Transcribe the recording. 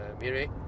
Miri